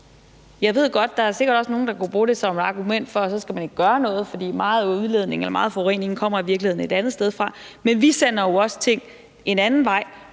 Jeg ved godt, at der sikkert også er nogle, der kunne bruge det som argument for, at så skal man ikke gøre noget, fordi meget af forureningen i virkeligheden kommer et andet sted fra. Men vi sender jo også ting den anden vej,